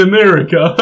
America